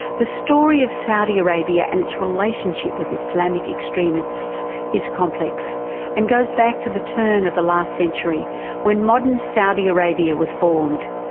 the story of saudi arabia and its relationship with islamic extremists is complex and goes back to the turn of the last century when modern saudi arabia was formed.